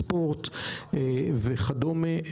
ספורט וכדומה.